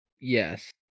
yes